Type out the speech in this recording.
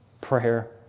prayer